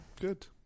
Good